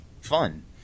fun